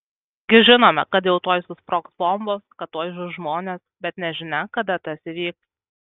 gi žinome kad jau tuoj susprogs bombos kad tuoj žus žmonės bet nežinia kada tas įvyks